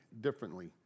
differently